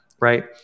right